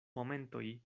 momentoj